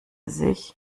sich